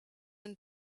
and